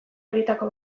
horietako